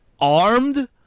Armed